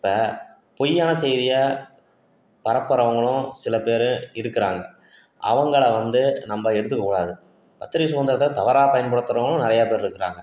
இப்போ பொய்யான செய்தியை பரப்புகிறவங்களும் சில பேர் இருக்கிறாங்க அவங்களை வந்து நம்ப எடுத்துக்கக்கூடாது பத்திரிக்கை சுதந்திரத்தை தவறாக பயன்படுத்துகிறவங்களும் நிறையா பேர் இருக்கிறாங்க